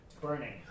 burning